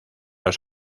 los